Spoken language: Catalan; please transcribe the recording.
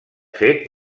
fet